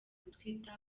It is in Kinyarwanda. gutwita